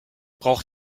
braucht